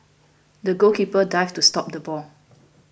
the goalkeeper dived to stop the ball